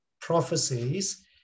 prophecies